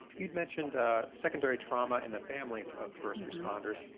you mentioned secondary trauma in the families of first responders,